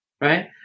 right